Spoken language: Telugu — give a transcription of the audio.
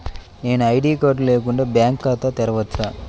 నేను ఐ.డీ కార్డు లేకుండా బ్యాంక్ ఖాతా తెరవచ్చా?